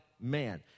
man